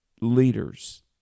leaders